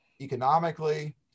economically